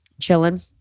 chilling